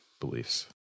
beliefs